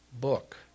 book